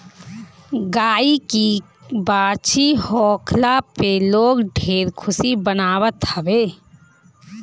गाई के बाछी होखला पे लोग ढेर खुशी मनावत हवे